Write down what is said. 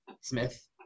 Smith